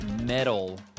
metal